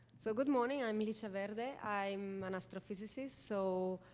so good morning. i'm licia verde. i'm an astrophysicist so